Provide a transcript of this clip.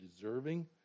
deserving